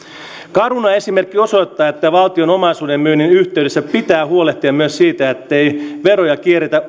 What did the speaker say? caruna esimerkki osoittaa että valtion omaisuuden myynnin yhteydessä pitää huolehtia myös siitä ettei veroja kierretä